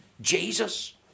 Jesus